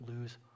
lose